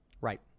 Right